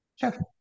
Sure